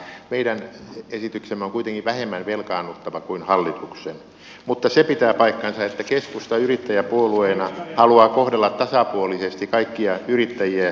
meidän esityksemme on kuitenkin vähemmän velkaannuttava kuin hallituksen mutta se pitää paikkansa että keskusta yrittäjäpuolueena haluaa kohdella tasapuolisesti kaikkia yrittäjiä ja yritysmuotoja